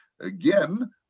Again